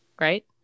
right